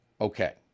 Okay